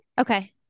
Okay